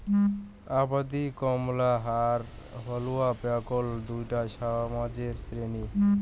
আবাদি কামলা আর হালুয়া ব্যাগল দুইটা সমাজের শ্রেণী